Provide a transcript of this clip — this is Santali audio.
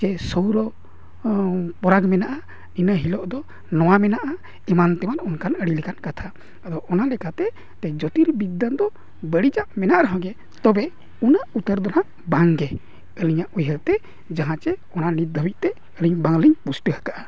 ᱪᱮ ᱥᱳᱣᱨᱚ ᱯᱚᱨᱟᱜᱽ ᱢᱮᱱᱟᱜᱼᱟ ᱤᱱᱟᱹ ᱦᱤᱞᱳᱜ ᱫᱚ ᱱᱚᱣᱟ ᱢᱮᱱᱟᱜᱼᱟ ᱮᱢᱟᱱ ᱛᱮᱢᱟᱱ ᱚᱱᱠᱟᱱ ᱟᱹᱰᱤ ᱞᱮᱠᱟᱱ ᱠᱟᱛᱷᱟ ᱟᱫᱚ ᱚᱱᱟ ᱞᱮᱠᱟᱛᱮ ᱛᱮᱦᱮᱧ ᱡᱳᱛᱤᱨ ᱵᱤᱫᱽᱫᱟᱹ ᱫᱚ ᱵᱟᱹᱲᱤᱡᱟᱜ ᱢᱮᱱᱟᱜ ᱨᱮ ᱦᱚᱸ ᱜᱮ ᱛᱚᱵᱮ ᱩᱱᱟᱹᱜ ᱩᱛᱟᱹᱨ ᱫᱚ ᱦᱟᱜ ᱵᱟᱝ ᱜᱮ ᱟᱹᱞᱤᱧᱟᱜ ᱩᱭᱦᱟᱹᱨᱛᱮ ᱡᱟᱦᱟᱸ ᱪᱮ ᱚᱱᱟ ᱱᱤᱛ ᱫᱷᱟᱹᱵᱤᱡᱛᱮ ᱟᱹᱞᱤᱧ ᱵᱟᱝ ᱠᱤᱧ ᱯᱩᱥᱴᱟᱹᱣ ᱟᱠᱟᱜᱼᱟ